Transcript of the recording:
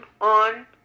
on